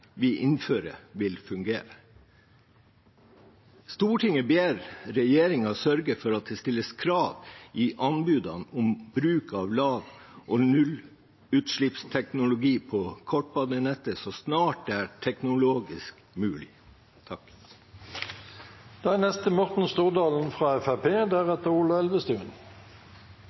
vi innfører, vil fungere: «Stortinget ber regjeringen sørge for at det stilles krav i anbudene om bruk av lav- og nullutslippsteknologi på kortbanenettet så snart det er teknologisk mulig.»